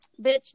Bitch